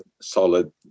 solid